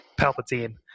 Palpatine